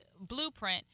blueprint